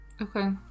Okay